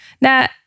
Now